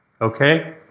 Okay